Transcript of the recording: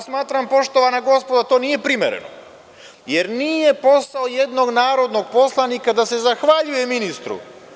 Smatram, poštovana gospodo, da to nije primereno, jer nije posao jednog narodnog poslanika da se zahvaljuje ministru.